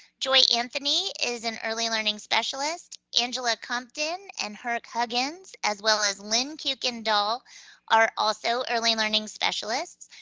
joy anthony is an early learning specialist, angela compton and herk huggins, as well as lynn kuykendall are also early learning specialists.